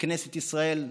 בכנסת ישראל,